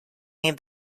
made